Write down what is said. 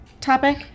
topic